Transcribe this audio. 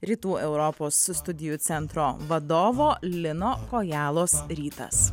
rytų europos studijų centro vadovo lino kojalos rytas